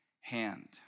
hand